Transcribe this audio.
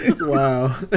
Wow